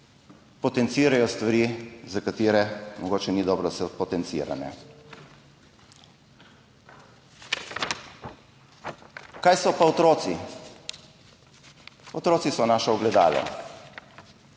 potencirajo stvari, za katere mogoče ni dobro, da se jih potencira. Kaj so pa otroci? Otroci so naše ogledalo.